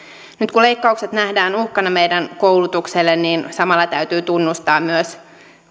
kun leikkaukset nähdään uhkana meidän koulutukselle niin samalla täytyy tunnustaa myös